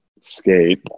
skate